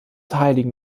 heiligen